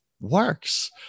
works